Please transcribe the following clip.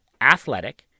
ATHLETIC